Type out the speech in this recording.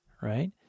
right